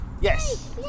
Yes